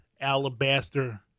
alabaster